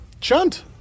Chunt